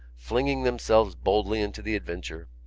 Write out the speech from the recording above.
flinging themselves boldly into the adventure.